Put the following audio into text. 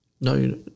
No